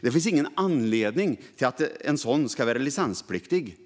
Det finns ingen anledning till att en sådan ska vara licenspliktig.